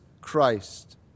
Christ